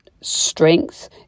strength